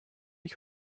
ich